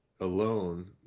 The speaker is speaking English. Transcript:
alone